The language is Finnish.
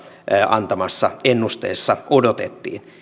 antamassa ennusteessa odotettiin